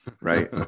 Right